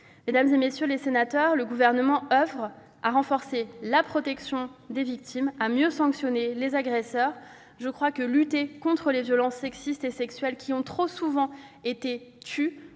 Mesdames, messieurs les sénateurs, le Gouvernement oeuvre à renforcer la protection des victimes, à mieux sanctionner les agresseurs. Lutter contre les violences sexistes et sexuelles, qui ont trop souvent été tues